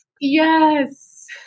Yes